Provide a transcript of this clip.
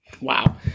Wow